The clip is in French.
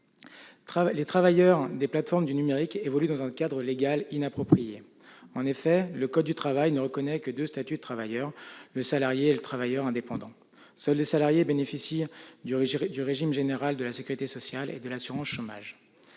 Les travailleurs des plateformes du numérique évoluent dans un cadre légal inapproprié. En effet, le code du travail ne reconnaît que deux statuts de travailleur : salarié et travailleur indépendant. Seuls les salariés bénéficient du régime général de la sécurité sociale et de l'assurance chômage.